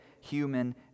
human